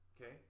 okay